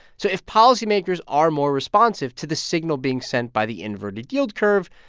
so if policymakers are more responsive to the signal being sent by the inverted yield curve,